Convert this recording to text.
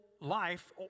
life